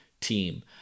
team